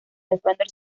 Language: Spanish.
defender